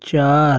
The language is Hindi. चार